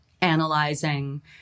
analyzing